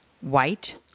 white